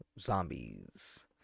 zombies